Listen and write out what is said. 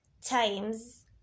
times